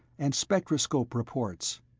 and spectroscope reports.